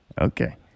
Okay